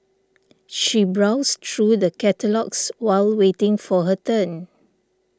she browsed through the catalogues while waiting for her turn